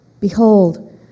behold